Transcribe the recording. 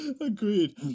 agreed